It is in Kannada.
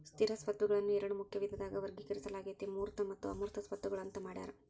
ಸ್ಥಿರ ಸ್ವತ್ತುಗಳನ್ನ ಎರಡ ಮುಖ್ಯ ವಿಧದಾಗ ವರ್ಗೇಕರಿಸಲಾಗೇತಿ ಮೂರ್ತ ಮತ್ತು ಅಮೂರ್ತ ಸ್ವತ್ತುಗಳು ಅಂತ್ ಮಾಡ್ಯಾರ